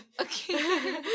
Okay